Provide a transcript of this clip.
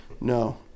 No